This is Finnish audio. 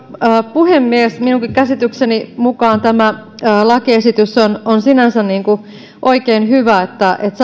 puhemies minunkin käsitykseni mukaan tämä lakiesitys on sinänsä oikein hyvä että